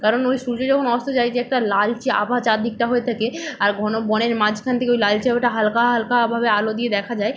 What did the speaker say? কারণ ওই সূর্য যখন অস্ত যায় যে একটা লালচে আভা চার দিকটা হয়ে থাকে আর ঘন বনের মাঝখান থিকে ওই লালচে আভাটা হালকা হালকাভাবে আলো দিয়ে দেখা যায়